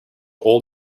all